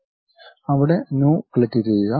അവിടെ ന്യു ക്ലിക്കുചെയ്യുക